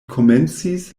komencis